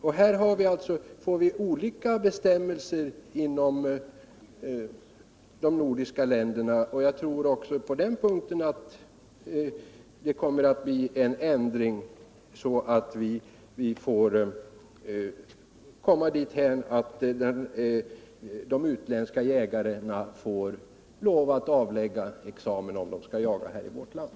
Vi kommer nu att få olika bestämmelser inom de nordiska länderna, och jag tror att det också på den här punkten kommer att bli en ändring, så att de utländska jägarna får lov att avlägga examen om de skall jaga i vårt land.